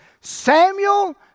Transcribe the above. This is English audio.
Samuel